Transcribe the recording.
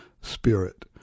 spirit